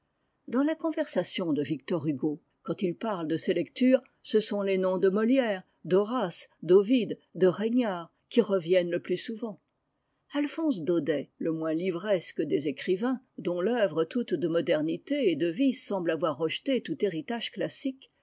dans la conversation de victor hugo quand il parle de ses lectures ce sont les noms de molière d'horace d'ovide de regnard qui reviennent le plus souvent alphonse daudet le moins livresque des écrivains dont l'oeuvre toute de modernité et de vie semble avoir rejeté tout héritage classique